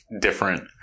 different